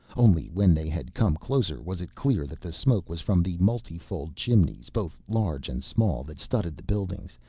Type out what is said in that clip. only when they had come closer was it clear that the smoke was from the multifold chimneys, both large and small, that studded the buildings,